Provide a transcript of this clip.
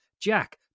Jack